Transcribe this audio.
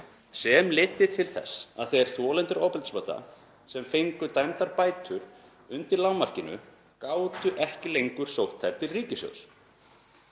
sem leiddi til þess að þeir þolendur ofbeldisbrota sem fengu dæmdar bætur undir lágmarkinu gátu ekki lengur sótt þær til ríkissjóðs.